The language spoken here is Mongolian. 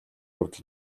явдал